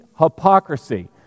hypocrisy